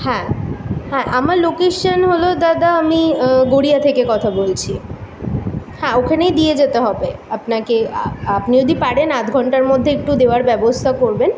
হ্যাঁ হ্যাঁ আমার লোকেশান হলো দাদা আমি গড়িয়া থেকে কথা বলছি হ্যাঁ ওখানেই দিয়ে যেতে হবে আপনাকে আপনি যদি পারেন আধ ঘন্টার মধ্যে একটু দেওয়ার ব্যবস্থা করবেন